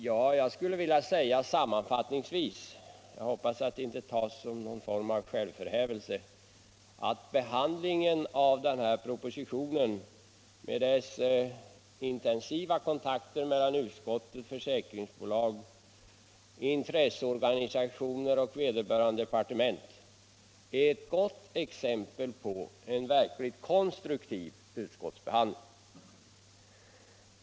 Sammanfattningsvis anser jag — och då hoppas jag att vad jag säger inte tas som någon form av självförhävelse — att behandlingen av denna proposition, med de intensiva kontakter som tagits mellan utskott, försäkringsbolag, försäkringsorganisationer och vederbörande departement, är ett gott exempel på en verkligt konstruktiv utskottsbehandling.